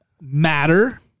Matter